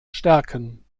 stärken